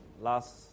Last